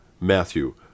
Matthew